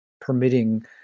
permitting